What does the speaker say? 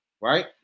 right